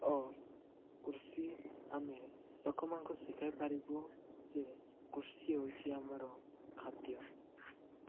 ଓ କୃଷି ଆମେ ଲୋକମାନଙ୍କୁ ଶିଖାଇ ପାରିବୁ ଯେ କୃଷି ହେଉଛି ଆମର ଖାଦ୍ୟ